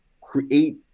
create